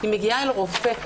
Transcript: היא מגיעה לרופא,